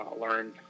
learn